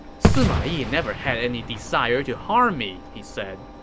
sima yi never had any desire to harm me! he said.